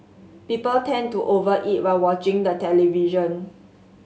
people tend to over eat while watching the television